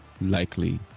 likely